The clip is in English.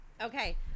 Okay